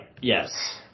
Yes